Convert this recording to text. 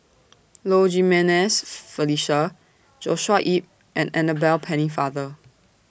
Low Jimenez Felicia Joshua Ip and Annabel Pennefather